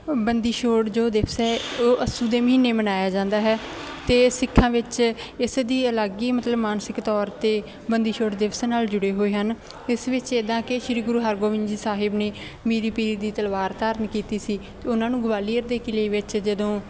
ਬੰਦੀ ਛੋੋੜ ਜੋ ਦਿਵਸ ਹੈ ਉਹ ਅੱਸੂ ਦੇ ਮਹੀਨੇ ਮਨਾਇਆ ਜਾਂਦਾ ਹੈ ਅਤੇ ਸਿੱਖਾਂ ਵਿੱਚ ਇਸ ਦੀ ਅਲੱਗ ਹੀ ਮਤਲਬ ਮਾਨਸਿਕ ਤੌਰ 'ਤੇ ਬੰਦੀ ਛੋੜ ਦਿਵਸ ਨਾਲ ਜੁੜੇ ਹੋਏ ਹਨ ਇਸ ਵਿੱਚ ਇੱਦਾਂ ਕਿ ਸ਼੍ਰੀ ਗੁਰੂ ਹਰਗੋਬਿੰਦ ਜੀ ਸਾਹਿਬ ਨੇ ਮੀਰੀ ਪੀਰੀ ਦੀ ਤਲਵਾਰ ਧਾਰਨ ਕੀਤੀ ਸੀ ਅਤੇ ਉਹਨਾਂ ਨੂੰ ਗਵਾਲੀਅਰ ਦੇ ਕਿਲ੍ਹੇ ਵਿੱਚ ਜਦੋਂ